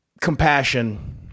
compassion